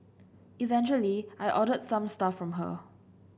eventually I ordered some stuff from her